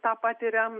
tą patiriam